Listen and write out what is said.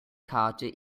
karte